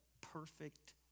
perfect